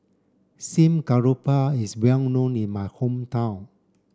steamed Garoupa is well known in my hometown